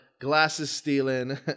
glasses-stealing